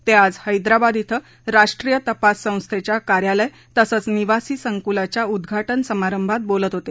ते आज हैद्राबाद श्वं राष्ट्रीय तपास संस्थेच्या कार्यालय तसंच निवासी संकुलाच्या उद्घाटन समारंभात बोलत होते